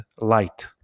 light